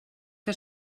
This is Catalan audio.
que